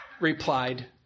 replied